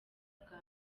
bwa